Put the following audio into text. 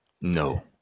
No